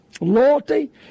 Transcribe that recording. Loyalty